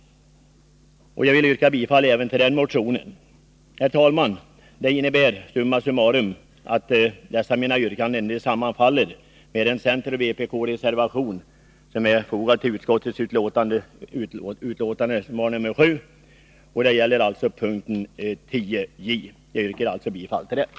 Jag yrkar bifall även till den motionen. Summa summarum, herr talman: Dessa mina yrkanden sammanfaller med center-vpk-reservationen 7, som alltså gäller punkten 10 j. Jag yrkar således bifall till den reservationen.